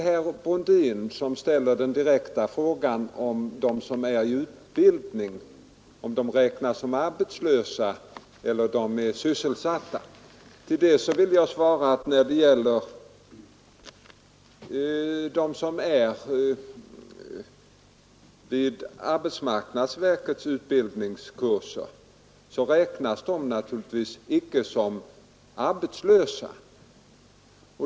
Herr Brundin ställer den direkta frågan om de som är i utbildning räknas som arbetslösa eller sysselsatta. Jag vill svara att deltagarna i arbetsmarknadsverkets utbildningskurser naturligtvis inte räknas som arbetslösa.